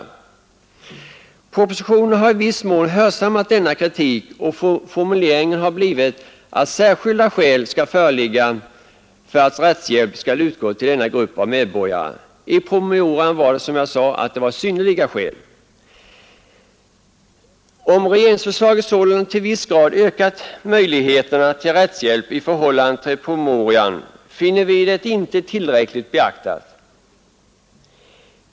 I propositionen har man i viss mån hörsammat denna kritik, och formuleringen har blivit att ”särskilda skäl” skall föreligga för att rättshjälp skall utgå till denna grupp av medborgare — i promemorian var det ”synnerliga skäl”. Även om möjligheterna till rättshjälp sålunda i viss mån ökat i regeringsförslaget jämfört med promemorian finner vi dem inte tillräckligt beaktade.